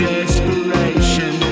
Desperation